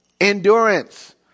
endurance